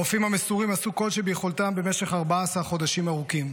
הרופאים המסורים עשו כל שביכולתם במשך 14 חודשים ארוכים.